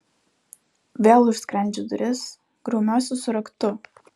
vėl užsklendžiu duris grumiuosi su raktu